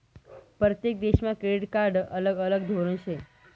परतेक देशमा क्रेडिट कार्डनं अलग अलग धोरन शे